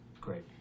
Great